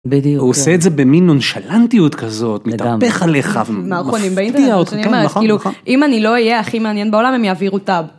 בדיוק. הוא עושה את זה במין נונשלנטיות כזאת, מתהפך עליך ומפתיע אותם, נכון, נכון. אם אני לא אהיה הכי מעניין בעולם הם יעבירו טאב.